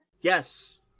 Yes